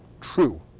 true